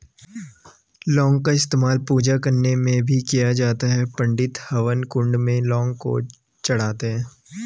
लौंग का इस्तेमाल पूजा करने में भी किया जाता है पंडित हवन कुंड में लौंग को चढ़ाते हैं